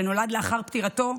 שנולד לאחר פטירתו,